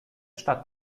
stadt